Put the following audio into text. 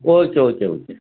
okay okay okay